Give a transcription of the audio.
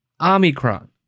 Omicron